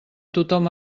tothom